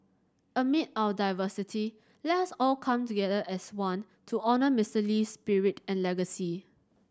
amid our diversity let's all come together as one to honour Mister Lee's spirit and legacy